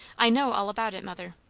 i know all about it, mother.